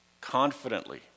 confidently